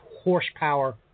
horsepower